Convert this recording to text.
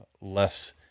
less